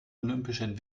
olympischen